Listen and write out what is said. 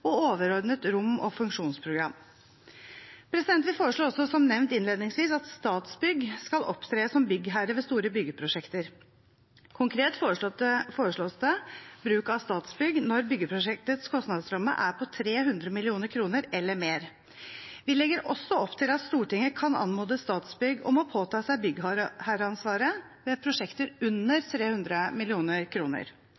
og overordnet rom- og funksjonsprogram. Presidentskapet foreslår også, som nevnt innledningsvis, at Statsbygg skal opptre som byggherre ved store byggeprosjekter. Konkret foreslås det bruk av Statsbygg når byggeprosjektets kostnadsramme er på 300 mill. kr eller mer. Vi legger også opp til at Stortinget kan anmode Statsbygg om å påta seg byggherreansvaret ved prosjekter